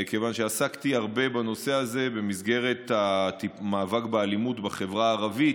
כיוון שעסקתי הרבה בנושא הזה במסגרת המאבק באלימות בחברה הערבית,